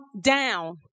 down